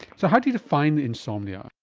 so how do you define insomnia?